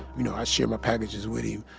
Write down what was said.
you know, i share my packages with him.